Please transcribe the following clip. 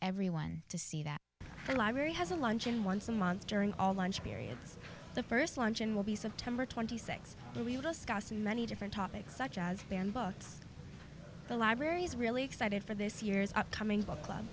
everyone to see that the library has a luncheon once a month during all lunch periods the first luncheon will be september twenty sixth many different topics such as ban books the library is really excited for this year's upcoming book club